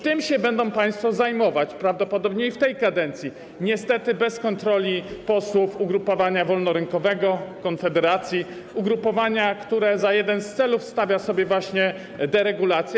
Tym się będą państwo zajmować prawdopodobnie i w tej kadencji, niestety bez kontroli posłów ugrupowania wolnorynkowego, Konfederacji, ugrupowania, które za jeden z celów stawia sobie właśnie deregulację.